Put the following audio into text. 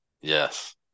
Yes